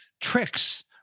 tricks